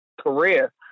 career